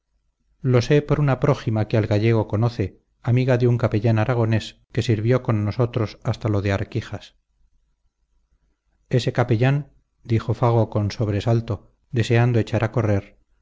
lo sé por una prójima que al gallego conoce amiga de un capellán aragonés que sirvió con nosotros hasta lo de arquijas ese capellán dijo fago con sobresalto deseando echar a correr